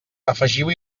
afegiu